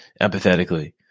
empathetically